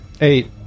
Eight